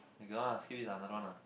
they cannot skip this lah I don't want lah